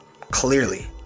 Clearly